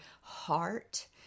heart